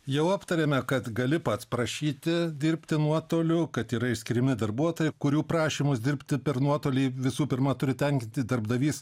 jau aptarėme kad gali pats prašyti dirbti nuotoliu kad yra išskiriami darbuotojai kurių prašymas dirbti per nuotolį visų pirma turi tenkinti darbdavys